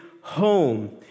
home